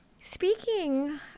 Speaking